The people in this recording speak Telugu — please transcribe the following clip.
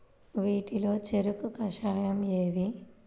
వీటిలో చెరకు కషాయం ఏది?